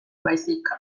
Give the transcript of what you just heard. baizik